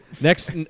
Next